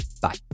Bye